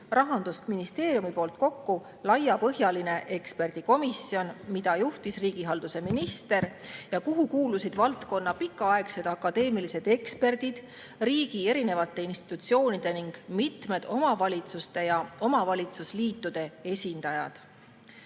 Rahandusministeeriumi poolt kokku laiapõhjaline eksperdikomisjon, mida juhtis riigihalduse minister ja kuhu kuulusid valdkonna pikaaegsed akadeemilised eksperdid, riigi erinevate institutsioonide ning mitmete omavalitsuste ja omavalitsusliitude